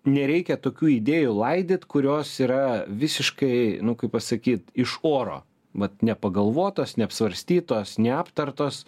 nereikia tokių idėjų laidyt kurios yra visiškai nu kaip pasakyt iš oro vat nepagalvotos neapsvarstytos neaptartos